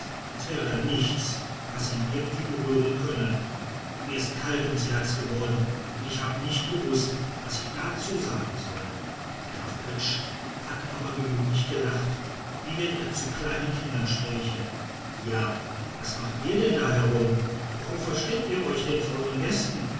als wäre da nichts was ihn irgendwie berühren könne und mir ist kalt ums herz geworden und ich hab nicht gewußt was ich dazu sagen soll der graf oetsch hat aber gemütlich gelacht wie wenn er zu kleinen kindern spräche ja was macht's ihr denn da herum warum versteckt's euch denn vor euren gästen